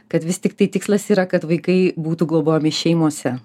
kad vis tiktai tikslas yra kad vaikai būtų globojami šeimose